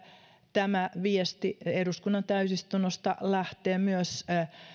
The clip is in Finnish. tämä viesti eduskunnan täysistunnosta lähtee myös